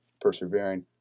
persevering